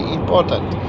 important